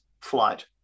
flight